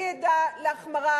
אני עדה להחמרה